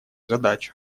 задачу